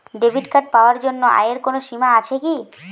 Debit card পাওয়ার জন্য আয়ের কোনো সীমা আছে কি?